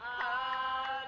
ah